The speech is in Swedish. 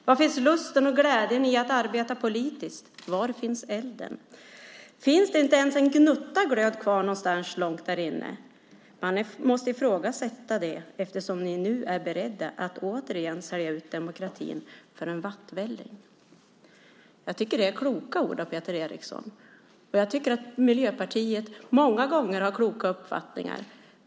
Var finns lusten och glädjen i att arbeta politiskt? Var finns elden? Finns det ens en enda gnutta glöd kvar någonstans långt där inne? Man måste ifrågasätta det eftersom ni nu är beredda att återigen sälja ut demokratin för en vattvälling!" Jag tycker att det är kloka ord från Peter Eriksson. Jag tycker att Miljöpartiet många gånger har kloka uppfattningar.